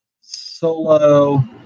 solo